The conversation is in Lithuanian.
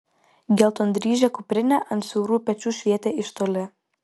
geltondryžė kuprinė ant siaurų pečių švietė iš toli